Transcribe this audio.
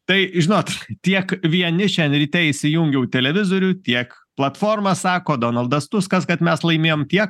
tai žinot tiek vieni šian ryte įsijungiau televizorių tiek platforma sako donaldas tuskas kad mes laimėjome tiek